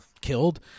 killed